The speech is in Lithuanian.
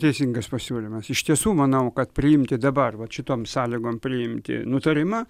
teisingas pasiūlymas iš tiesų manau kad priimti dabar va šitom sąlygom priimti nutarimą